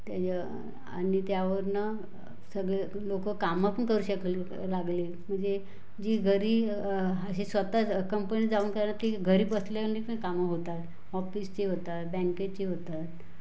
ते आणि त्यावरनं सगळे लोकं कामं पण करू शकले लागले म्हणजे जी घरी हे स्वतःच कंपनीत जाऊन करा की घरी बसल्याने पण कामं होतात ऑफिसचे होतात बँकेचे होतात